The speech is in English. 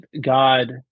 God